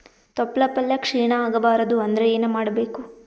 ತೊಪ್ಲಪಲ್ಯ ಕ್ಷೀಣ ಆಗಬಾರದು ಅಂದ್ರ ಏನ ಮಾಡಬೇಕು?